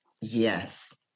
Yes